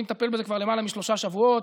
אני מטפל בזה כבר למעלה משלושה שבועות.